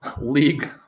league